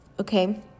okay